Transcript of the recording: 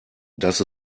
dass